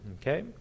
okay